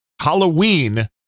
Halloween